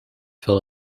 fill